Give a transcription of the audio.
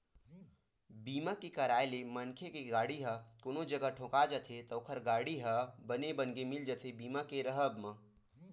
बीमा के कराय ले मनखे के गाड़ी ह कोनो जघा ठोका जाथे त ओखर गाड़ी ह बने बनगे मिल जाथे बीमा के राहब म